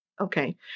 okay